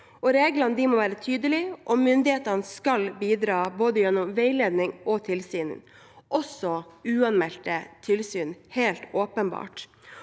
Reglene må være tydelige, og myndighetene skal bidra gjennom både veiledning og tilsyn – også uanmeldte tilsyn, helt åpenbart.